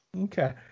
Okay